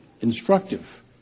instructive